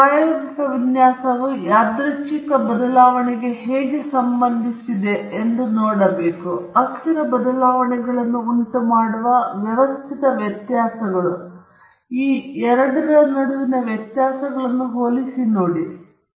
ಪ್ರಾಯೋಗಿಕ ವಿನ್ಯಾಸವು ಯಾದೃಚ್ಛಿಕ ಬದಲಾವಣೆಗಳಿಗೆ ಹೇಗೆ ಸಂಬಂಧಿಸಬೇಕೆಂದು ನೀವು ನೋಡುತ್ತೀರಿ ಮತ್ತು ಅಸ್ಥಿರ ಬದಲಾವಣೆಗಳನ್ನು ಉಂಟುಮಾಡುವ ವ್ಯವಸ್ಥಿತ ವ್ಯತ್ಯಾಸಗಳು ಮತ್ತು ಇಬ್ಬರ ನಡುವಿನ ವ್ಯತ್ಯಾಸಗಳನ್ನು ಹೋಲಿಸಿ ನೋಡುತ್ತಾರೆ